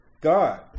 God